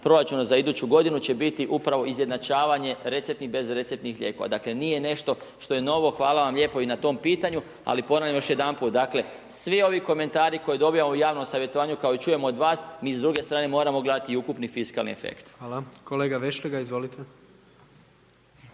proračuna za iduću godinu će biti upravo izjednačavanje receptnih i bez receptnih lijekova. Dakle nije nešto što je novo, hvala vam lijepo i na tom pitanju, ali ponavljam još jedanput, dakle, svi ovi komentari koje dobivamo u javnom savjetovanju kao i čujemo od vas, mi s druge strane moramo gledati ukupni fiskalni efekt. **Jandroković, Gordan